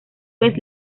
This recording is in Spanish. vez